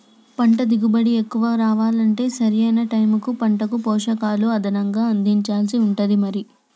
పంట దిగుబడి ఎక్కువ రావాలంటే సరి అయిన టైముకు పంటకు పోషకాలు అదనంగా అందించాల్సి ఉంటది మరి